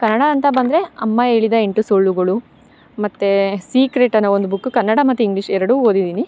ಕನ್ನಡ ಅಂತ ಬಂದರೆ ಅಮ್ಮ ಹೇಳಿದ ಎಂಟು ಸುಳ್ಳುಗಳು ಮತ್ತು ಸೀಕ್ರೆಟ್ ಅನ್ನೋ ಒಂದು ಬುಕ್ ಕನ್ನಡ ಮತ್ತು ಇಂಗ್ಲೀಷ್ ಎರಡು ಓದಿದಿನಿ